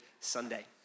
Sunday